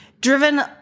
driven